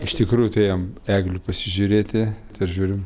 iš tikrųjų atėjom eglių pasižiūrėti ir žiūrim